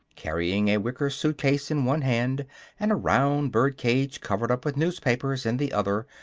carrying a wicker suit-case in one hand and a round bird-cage covered up with newspapers in the other,